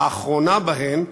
והאחרונה בהן,